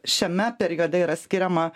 šiame periode yra skiriama